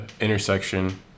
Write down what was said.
intersection